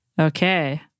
Okay